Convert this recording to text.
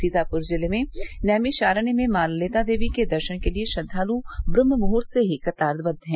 सीतापुर जिले नैमिषारण्य में मॉ ललिता देवी के दर्शन के लिए श्रद्दॉलु ब्रम्हमुहूर्त से कतारबद्ध हैं